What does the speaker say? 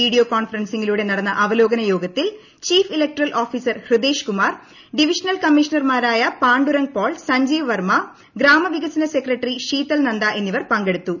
video കോൺഫറൻസിംഗിലൂടെ നടന്ന അവലോകന യോഗത്തിൽ chief electoral officer Hridesh Kumar divisional കമ്മീഷണ്ർമാരായ പാണ്ഡുരംഗ് പോൾ സഞ്ജീവ് വർമ്മ ഗ്രാമവികസന സെക്രട്ടറി ഷീറ്റൽ നന്ദ എന്നിവർ പങ്കെടുത്തു